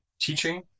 teaching